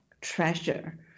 treasure